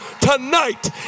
tonight